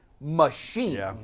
machine